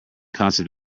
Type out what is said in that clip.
concept